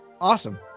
Awesome